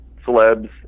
celebs